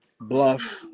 bluff